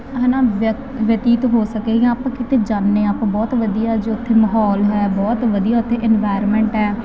ਹੈ ਨਾ ਵਿਅਕਤ ਬਤੀਤ ਹੋ ਸਕੇ ਜਾਂ ਆਪਾਂ ਕਿਤੇ ਜਾਂਦੇ ਹਾਂ ਆਪਾਂ ਬਹੁਤ ਵਧੀਆ ਜੋ ਉੱਥੇ ਮਾਹੌਲ ਹੈ ਬਹੁਤ ਵਧੀਆ ਉੱਥੇ ਇਨਵਾਇਰਮੈਂਟ ਹੈ